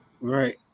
Right